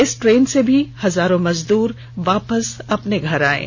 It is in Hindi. इस ट्रेन से भी हजारो मजदूर वापस अपने घर आये हैं